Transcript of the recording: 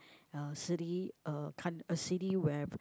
a city a kind a city where